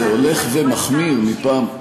זה הולך ומחמיר מפעם לפעם.